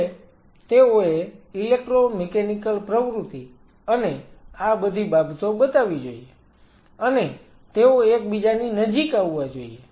હવે તેઓએ ઈલેક્ટ્રોમિકેનિકલ પ્રવૃત્તિ અને આ બધી બાબતો બતાવવી જોઈએ અને તેઓ એકબીજાની નજીક આવવા જોઈએ